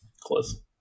Close